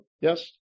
Yes